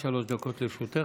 עד שלוש דקות לרשותך.